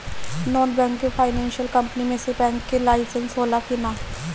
Non banking financial company मे कोई भी बैंक के लाइसेन्स हो ला कि ना?